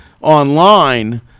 online